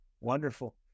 Wonderful